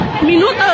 minutos